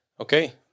Okay